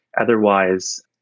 Otherwise